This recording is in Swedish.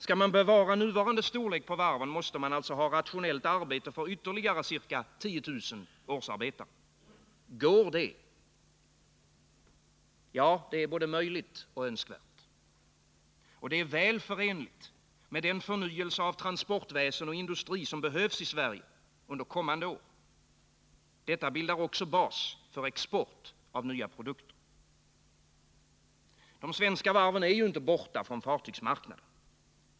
Skall man bevara nuvarande storlek på varven måste man alltså ha rationellt arbete för ytterligare ca 10 000 årsarbetare. Går det? Ja, det är både möjligt och önskvärt. Och det är väl förenligt med den förnyelse av transportväsen och industri som behövs i Sverige under kommande år. Detta bildar också bas för export av nya produkter. De svenska varven är ju inte borta från fartygsmarknaden.